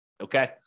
okay